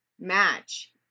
match